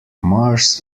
mars